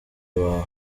wawe